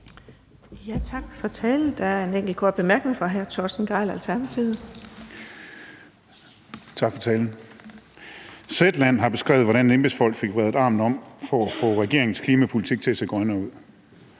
Tak for talen.